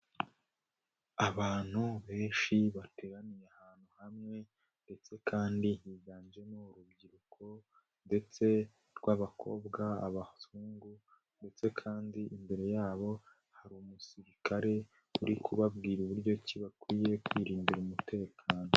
Abantu benshi bateraniye ahantu hamwe, ndetse kandi higanjemo urubyiruko, ndetse rw'abakobwa, abahungu, ndetse kandi imbere yabo hari umusirikare uri kubabwira uburyo kibakwiye kwirindira umutekano.